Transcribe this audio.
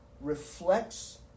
reflects